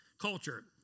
Culture